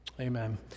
Amen